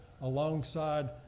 alongside